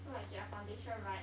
so like get your foundation right